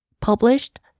Published